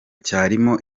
cyarimo